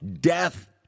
death